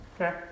Okay